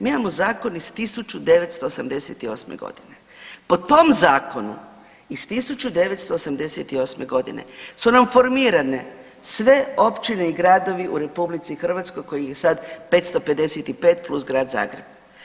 Mi imamo zakon iz 1988. godine, po tom zakonu iz 1988. godine su nam formirane sve općine i gradovi u RH kojih je sad 555 plus Grad Zagreb.